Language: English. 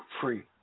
free